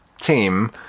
team